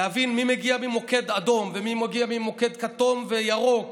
להבין מי מגיע ממוקד אדום ומי מגיע ממוקד כתום וירוק.